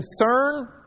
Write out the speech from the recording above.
Concern